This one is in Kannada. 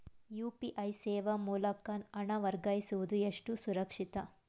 ಯು.ಪಿ.ಐ ಸೇವೆ ಮೂಲಕ ಹಣ ವರ್ಗಾಯಿಸುವುದು ಎಷ್ಟು ಸುರಕ್ಷಿತ?